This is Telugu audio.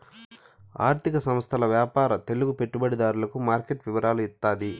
ఆర్థిక సంస్థల వ్యాపార తెలుగు పెట్టుబడిదారులకు మార్కెట్ వివరాలు ఇత్తాది